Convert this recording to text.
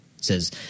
says